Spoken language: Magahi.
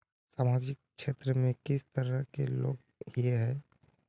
सामाजिक क्षेत्र में किस तरह के लोग हिये है?